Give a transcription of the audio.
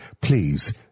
please